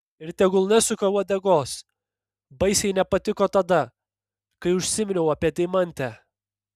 ir tegul nesuka uodegos baisiai nepatiko tada kai užsiminiau apie deimantę